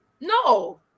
No